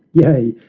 yea,